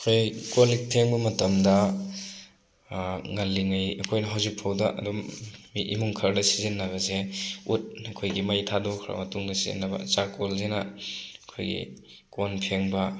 ꯑꯩꯈꯣꯏ ꯀꯣꯜ ꯂꯤꯛ ꯐꯦꯡꯕ ꯃꯇꯝꯗ ꯉꯜꯂꯤꯉꯩ ꯑꯩꯈꯣꯏꯅ ꯍꯧꯖꯤꯛꯐꯥꯎꯗ ꯑꯗꯨꯝ ꯃꯤ ꯏꯃꯨꯡ ꯈꯔꯗ ꯁꯤꯖꯤꯟꯅꯕꯁꯦ ꯎꯠ ꯑꯩꯈꯣꯏꯒꯤ ꯃꯩ ꯊꯥꯗꯣꯛꯈ꯭ꯔꯕ ꯃꯇꯨꯡꯗ ꯁꯤꯖꯤꯟꯅꯕ ꯆꯥꯔꯀꯣꯜꯁꯤꯅ ꯑꯩꯈꯣꯏꯒꯤ ꯀꯣꯟ ꯐꯦꯡꯕ